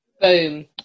Boom